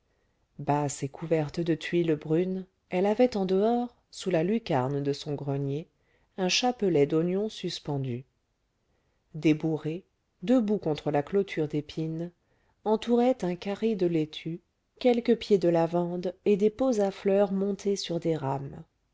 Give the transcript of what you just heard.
basse et couverte de tuiles brunes elle avait en dehors sous la lucarne de son grenier un chapelet d'oignons suspendu des bourrées debout contre la clôture d'épines entouraient un carré de laitues quelques pieds de lavande et des pots à fleurs montés sur des rames